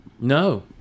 no